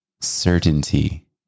certainty